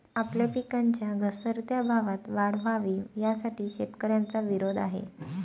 आपल्या पिकांच्या घसरत्या भावात वाढ व्हावी, यासाठी शेतकऱ्यांचा विरोध आहे